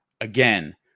again